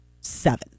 seven